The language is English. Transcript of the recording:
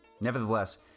Nevertheless